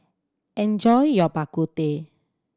enjoy your Bak Kut Teh